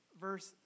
Verse